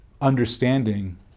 understanding